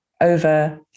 over